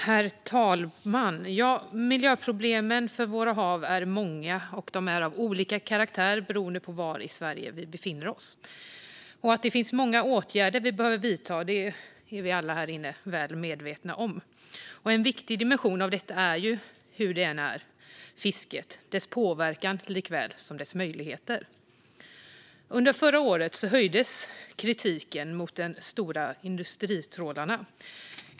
Herr talman! Miljöproblemen i våra hav är många och av olika karaktär beroende på var i Sverige de är. Att det finns många åtgärder som vi behöver vidta är vi alla härinne väl medvetna om. En viktig dimension av detta är, hur det än är, fisket och dess påverkan liksom dess möjligheter. Under förra året höjdes kritiken mot de stora industritrålarna.